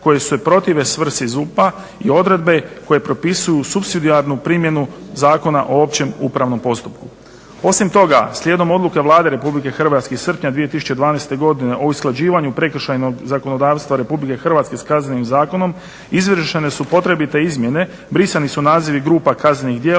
RH iz srpnja 2012.godine o usklađivanju prekršajnog zakonodavstva RH sa Kaznenim zakonom izvršene su potrebite izmjene, brisani su nazivi grupa kaznenih djela